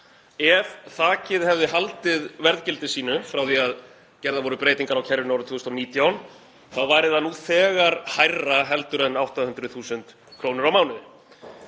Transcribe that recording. Ef þakið hefði haldið verðgildi sínu frá því að gerðar voru breytingar á kerfinu árið 2019 þá væri það nú þegar hærra heldur en 800.000 kr. á mánuði.